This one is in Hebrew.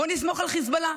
בואו נסמוך על חיזבאללה,